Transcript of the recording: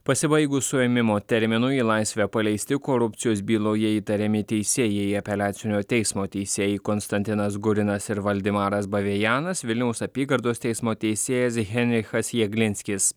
pasibaigus suėmimo terminui į laisvę paleisti korupcijos byloje įtariami teisėjai apeliacinio teismo teisėjai konstantinas gurinas ir valdemaras bavėjanas vilniaus apygardos teismo teisėjas henrichas jaglinskis